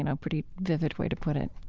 you know pretty vivid way to put it